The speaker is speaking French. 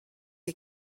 est